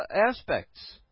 aspects